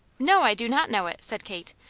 no, i do not know it! said kate.